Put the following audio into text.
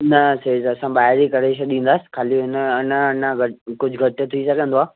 न सेठ असां ॿाहिरि ई करे छॾींदासीं खाली हुन अञा अञा घटि कुझु घटि थी सघंदो आहे